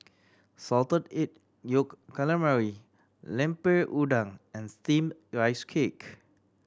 Salted Egg Yolk Calamari Lemper Udang and Steamed Rice Cake